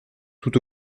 tout